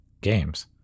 games